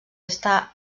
està